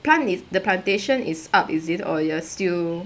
plant the plantation is up is it or you're still